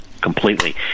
completely